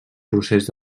procés